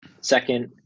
second